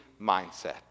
mindset